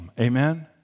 Amen